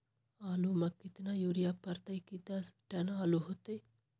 आलु म केतना यूरिया परतई की दस टन आलु होतई?